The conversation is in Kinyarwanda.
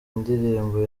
ndirimbo